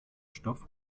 stoff